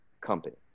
company